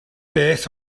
beth